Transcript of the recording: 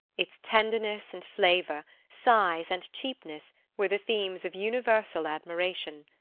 its tenderness and flavour, size and cheapness, were the themes of universal admiration.